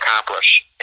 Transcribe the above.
accomplish